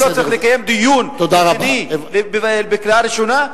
האם לא צריך לקיים דיון ענייני בקריאה ראשונה?